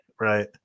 Right